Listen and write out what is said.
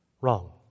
Wrong